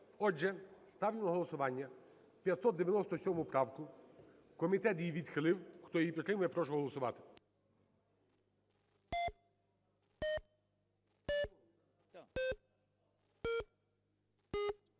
Отже, ставлю на голосування 640 правку, комітет її відхилив. Хто її підтримує, я прошу голосувати.